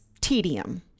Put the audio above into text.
tedium